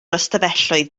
ystafelloedd